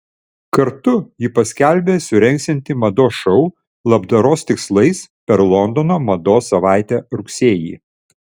kartu ji paskelbė surengsianti mados šou labdaros tikslais per londono mados savaitę rugsėjį